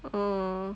uh